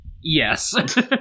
Yes